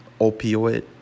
opioid